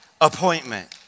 appointment